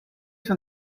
from